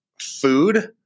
Food